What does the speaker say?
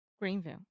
Greenville